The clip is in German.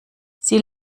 sie